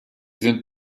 sind